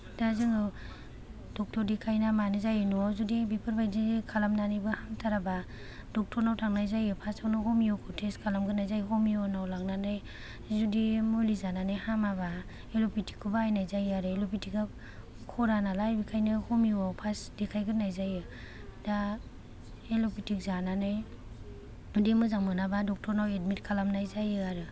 दा जोङो दक्टर देखायनो ना मानो जायो न'आव जुदि बेफोरबायदि खालामनानैबो हामथाराब्ला दक्ट'रनाव थांनाय जायो फास्तावनो हमिअखौ थेस्त खालामग्रोनाय जायो हमिअनाव लांनानै जुदि मुलि जानानै हामाबा एल'पेथिकखौ बाहायनाय जायो आरो एल'पिथिका खरा नालाय बेखायनो हमिअवाव फास्त देखायग्रोनाय जायो दा एल'पिथिक जानानै जुदि मोजां मोनाबा दक्ट'रनाव एदमित खालामनाय जायो आरो